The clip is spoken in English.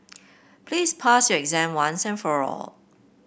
please pass your exam once and for all